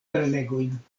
prelegojn